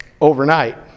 overnight